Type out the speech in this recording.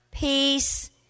Peace